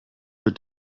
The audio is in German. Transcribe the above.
wird